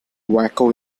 waco